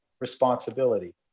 responsibility